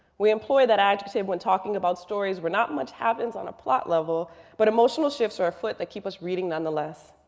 we employ that adjective when talking about stories where not much happens on a plot level but emotional shifts are afoot that keep us reading nonetheless.